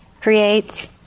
creates